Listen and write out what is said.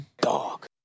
Dog